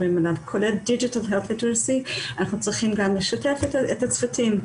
אנחנו צריכים לשתף גם את הצוותים.